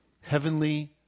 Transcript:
heavenly